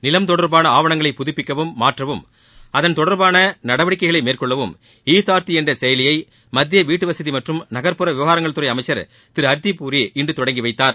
நிலம் தொடர்பான ஆவணங்களை புதுப்பிக்கவும் மாற்றவும் அதன் தொடர்பான நடவடிக்கைகளை மேற்கொள்ளவும் ஈ தார்த்தி என்ற செயலியை மத்திய வீட்டுவசதி மற்றும் நகர்ப்புற விவகாரங்கள் துறை அமைச்சர் திரு ஹர்தீப்பூரி இன்று தொடங்கி வைத்தார்